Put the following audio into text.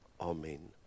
Amen